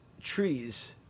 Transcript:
trees